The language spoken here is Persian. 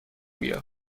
بیا